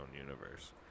universe